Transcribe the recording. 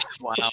Wow